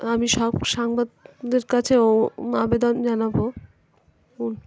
আমি সব সাংবাদিকদের কাছেও আবেদন জানাবো